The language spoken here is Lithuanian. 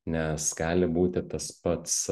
nes gali būti tas pats